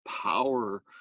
power